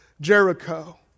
Jericho